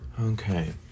Okay